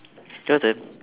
your turn